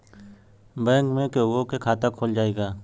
Bank में केहूओ के खाता खुल जाई का?